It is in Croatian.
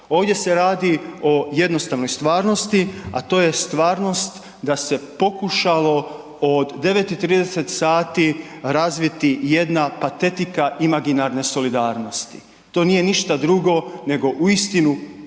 Ovdje se radi o jednostavnoj stvarnosti a to je stvarnost da se pokušalo od 9,30h razviti jedna patetika imaginarne solidarnosti. To nije ništa drugo nego uistinu